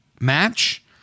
match